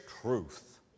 truth